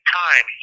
time